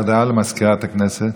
הודעה לסגנית מזכיר הכנסת.